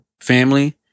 family